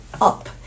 up